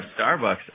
Starbucks